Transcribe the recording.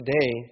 today